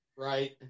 Right